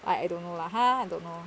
I I don't know lah ha don't know